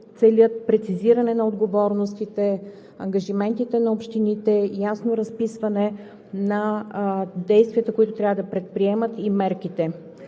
целят прецизиране на отговорностите, ангажиментите на общините, ясно разписване на действията, които трябва да предприемат, и мерките.